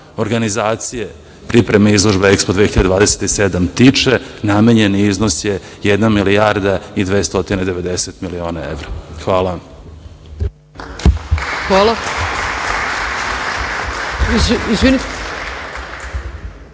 organizacije pripreme izložbe EKSPO 2027 tiče, namenjen je iznos 1 milijarda i 290 miliona evra. **Ana